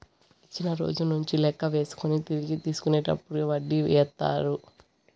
ఇచ్చిన రోజు నుంచి లెక్క వేసుకొని తిరిగి తీసుకునేటప్పుడు వడ్డీ ఏత్తారు